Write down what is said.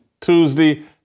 Tuesday